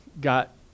got